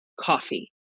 Coffee